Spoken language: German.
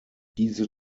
diese